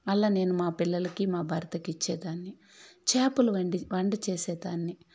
అలా నేను మా పిల్లలకి మా భర్తకి ఇచ్చేదాన్ని చేపలు వండి వంట చేసేదాన్ని